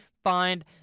find